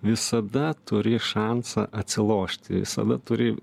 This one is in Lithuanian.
visada turi šansą atsilošti visada turi